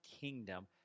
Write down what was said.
kingdom